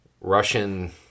Russian